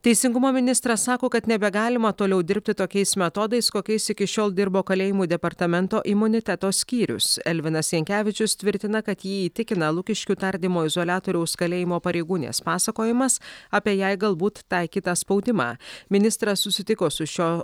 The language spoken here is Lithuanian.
teisingumo ministras sako kad nebegalima toliau dirbti tokiais metodais kokiais iki šiol dirbo kalėjimų departamento imuniteto skyrius elvinas jankevičius tvirtina kad jį įtikina lukiškių tardymo izoliatoriaus kalėjimo pareigūnės pasakojimas apie jai galbūt taikytą spaudimą ministras susitiko su šio